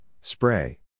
spray